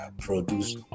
produce